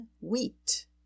Wheat